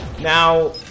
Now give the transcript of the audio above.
Now